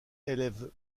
élèvent